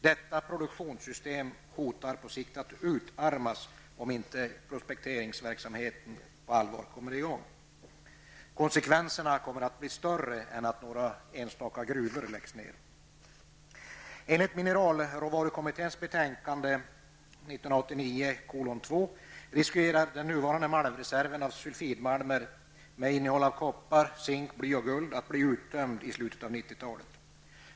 Detta produktionssystem hotar att på sikt utarmas, om inte prospekteringsverksamheten kommer i gång på allvar. Konsekvenserna blir större än att några enstaka gruvor läggs ned. 1989:2 riskerar den nuvarande malmreserven av sulfidmalmer med innehåll av koppar, zink, bly och guld att bli uttömd under slutet av 1990-talet.